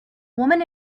woman